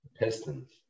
Pistons